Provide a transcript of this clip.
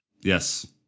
Yes